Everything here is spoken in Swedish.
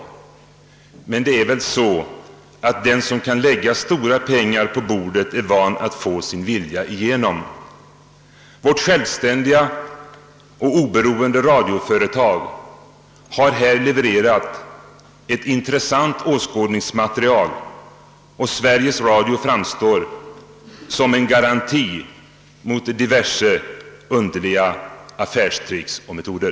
Men det är väl så att den som kan lägga stora pengar på bordet är van att få sin vilja fram. Vårt självständiga och oberoende radioföretag har här levererat ett intressant åskådningsmaterial, och Sveriges Radio framstår som en garant mot diverse underliga affärstrick och metoder.